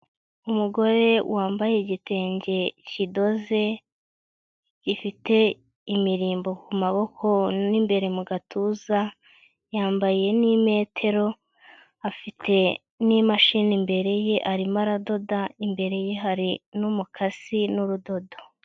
Umugore wambaye igitenge kidoze, ifite imirimbo ku maboko n'imbere mu gatuza, yambaye n'imetero, afite n'imashini imbere ye arimo aradoda, imbere ye hari n'umukasi n'urudodo.